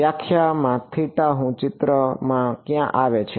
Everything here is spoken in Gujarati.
વ્યાખ્યામાં થીટા હું ચિત્રમાં ક્યાં આવે છે